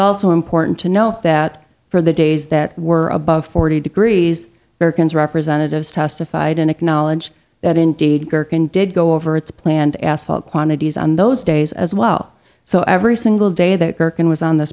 also important to note that for the days that were above forty degrees americans representatives testified and acknowledge that indeed gerken did go over its planned asphalt quantities on those days as well so every single day that gergen was on this